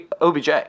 OBJ